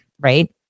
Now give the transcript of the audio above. right